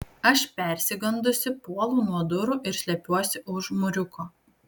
aš persigandusi puolu nuo durų ir slepiuos už mūriuko